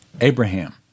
Abraham